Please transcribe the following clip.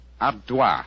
Adroit